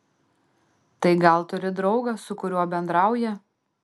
tai gal turi draugą su kuriuo bendrauja